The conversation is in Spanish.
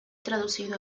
traducido